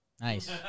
Nice